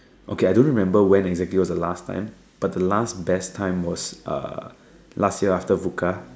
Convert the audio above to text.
okay I don't remember when exactly was the last time but the last best time was uh last year after Bukka